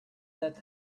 that